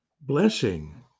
blessing